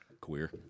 Queer